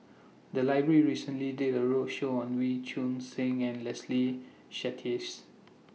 The Library recently did A roadshow on Wee Choon Seng and Leslie Charteris